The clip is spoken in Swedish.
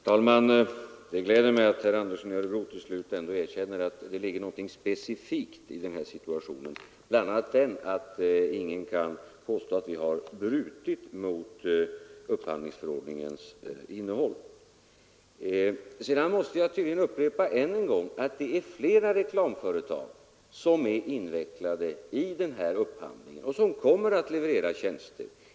Herr talman! Det gläder mig att herr Andersson i Örebro till slut ändå erkänner att det ligger någonting specifikt i den här situationen. Bl. a. därför kan ingen påstå att vi brutit mot upphandlingsförordningen. Sedan måste jag tydligen än en gång upprepa att det är flera reklamföretag som är invecklade i denna upphandling och som kommer att leverera tjänster.